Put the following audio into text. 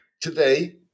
Today